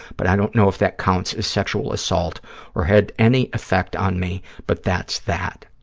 but i don't know if that counts as sexual assault or had any effect on me, but that's that.